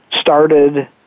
started